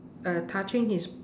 uh touching his